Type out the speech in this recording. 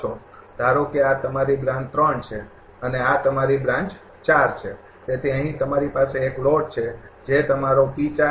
ધારો કે આ તમારી બ્રાન્ચ છે અને આ તમારી બ્રાન્ચ છે તેથી અહીં તમારી પાસે એક લોડ છે જે તમારો છે બરાબર